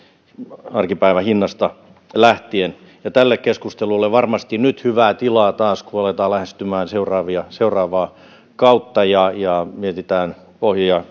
arkipäivän hinnasta lähtien tälle keskustelulle on varmasti nyt taas hyvää tilaa kun aletaan lähestymään seuraavaa kautta ja eri puolueissa mietitään pohjia